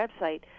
website